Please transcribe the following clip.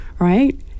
right